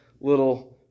little